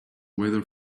weather